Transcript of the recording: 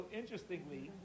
interestingly